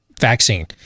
vaccine